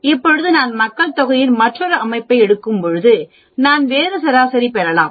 இப்போது நான் மக்கள் தொகையின் மற்றொரு அமைப்பை எடுக்கும்போது நான் வேறு சராசரி பெறலாம்